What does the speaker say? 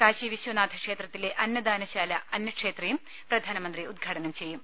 കാശി വിശ്വനാഥ ക്ഷേത്രത്തിലെ അന്നദാനശാല അന്നക്ഷേത്രയും പ്രധാ നമന്ത്രി ഉദ്ഘാടനം ചെയ്യും